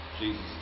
Jesus